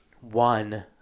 one